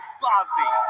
bosby